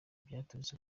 bwaturutse